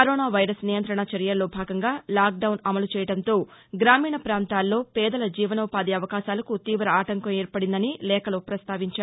corona virus నియంత్రణ చర్యల్లో భాగంగా లాక్డౌన్ అమలు చేయడంతో గ్రామీణ ప్రాంతాల్లో పేదల జీవనోపాధి అవకాశాలకు తీవ ఆంటంకం ఏర్పడిందని లేఖలో పస్తావించారు